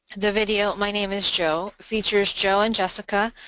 the video my name is joe features joe and jessica,